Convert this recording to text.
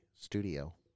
studio